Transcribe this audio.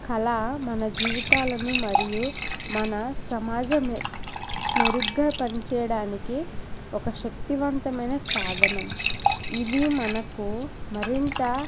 కళ మన జీవితాలను మరియు మన సమాజం మెరుగ్గా పనిచేయడానికి ఒక శక్తివంతమైన సాధనం ఇది మనకు మరింత